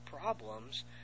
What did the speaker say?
problems